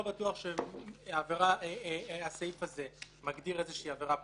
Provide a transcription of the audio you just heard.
לא בטוח שהסעיף הזה מגדיר עבירה פלילית,